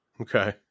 Okay